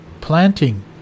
planting